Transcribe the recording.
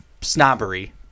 snobbery